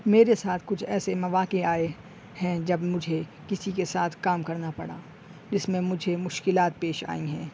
میرے ساتھ کچھ ایسے مواقع آئے ہیں جب مجھے کسی کے ساتھ کام کرنا پڑا جس میں مجھے مشکلات پیش آئی ہیں